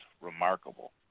remarkable